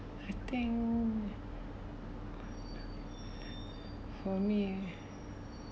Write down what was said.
I think for me